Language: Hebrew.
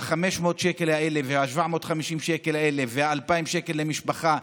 וה-500 שקל האלה וה-750 שקל האלה וה-2,000 שקל למשפחה,